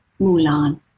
Mulan